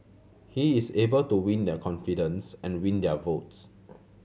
he is able to win their confidence and win their votes